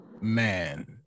man